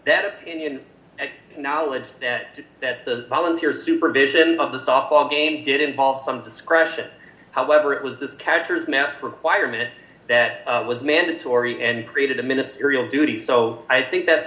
that opinion and knowledge that that the volunteer supervision of the softball game did involve some discretion however it was the catchers mask requirement that was mandatory and created a ministerial duty so i think that's